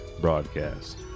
broadcast